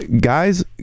Guys